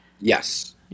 Yes